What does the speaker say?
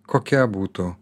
kokia būtų